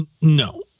No